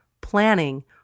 planning